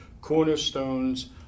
cornerstones